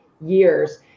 years